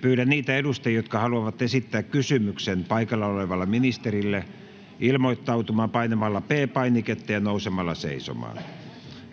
Pyydän niitä edustajia, jotka haluavat esittää kysymyksen paikalla olevalle ministerille, ilmoittautumaan painamalla P-painiketta ja nousemalla seisomaan.